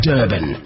Durban